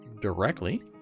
directly